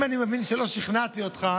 אם אני מבין שלא שכנעתי אותך,